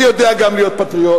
אני יודע גם להיות פטריוט.